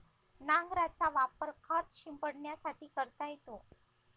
नांगराचा वापर खत शिंपडण्यासाठी करता येतो